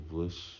Bliss